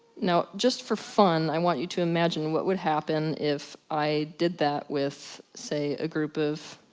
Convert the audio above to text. now, just for fun, i want you to imagine what would happen if i did that with say, a group of